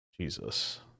Jesus